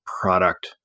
product